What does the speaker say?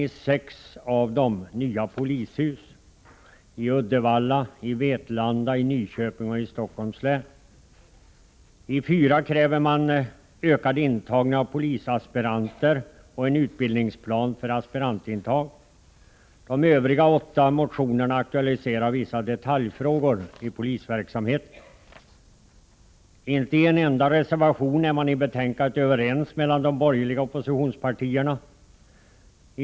I sex av dem kräver man nya polishus: i Uddevalla, i Vetlanda, i Nyköping och i Stockholms län. I fyra av motionerna krävs ökad intagning av polisaspiranter och en utbildningsplan för aspirantintagning. De övriga åtta motionerna aktualiserar vissa detaljfrågor i polisverksamheten. Inte i en enda reservation ibetänkandet är de borgerliga oppositionspartierna överens.